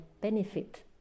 benefit